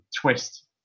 twist